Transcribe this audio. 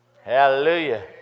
Hallelujah